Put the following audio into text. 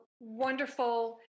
wonderful